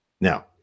Now